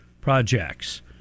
projects